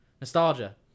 Nostalgia